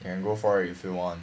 you can go for you if you want